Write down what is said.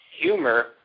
Humor